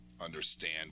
understand